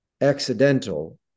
accidental